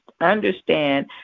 understand